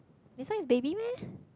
this one is baby meh